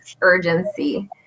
urgency